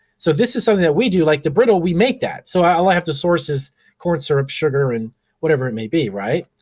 so this is something that we do, like the brittle, we make that. so, all i have to source is corn syrup, sugar, and whatever it may be, right.